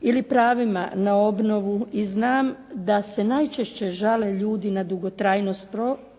ili pravima na obnovu i znam da se najčešće žale ljudi na dugotrajnost postupaka.